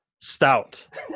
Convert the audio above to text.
stout